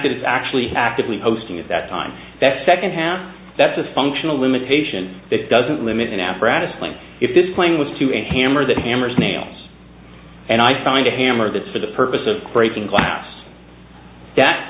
that it's actually actively posting at that time that second half that's a functional limitation that doesn't limited apparatus playing if this plane was to an camera that hammers nails and i find a hammer that for the purpose of creating class that